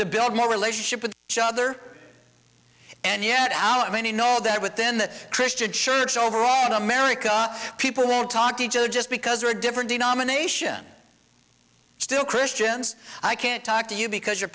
to build more relationship with each other and yet out many know that within the christian church overall in america people don't talk to each other just because there are different denomination still christians i can't talk to you because you're